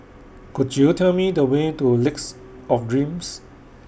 Could YOU Tell Me The Way to Lakes of Dreams